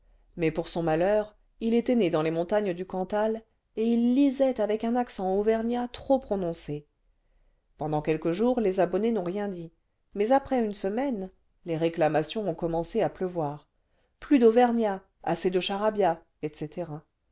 mais pour son malheur il était né dans les montagnes du cantal et il lisait avec nu accent auvergnat trop prononcé pendant quelques jours'les abonnés n'ont rien dit mais après une semaine les réclamations ont commencé à pleuvoir plus d'auvergnat assez de charabia etc